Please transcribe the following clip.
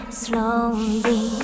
slowly